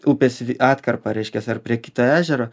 upės atkarpą reiškias ar prie kito ežero